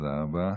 תודה רבה.